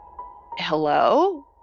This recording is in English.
hello